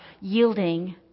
yielding